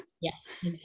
Yes